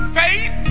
faith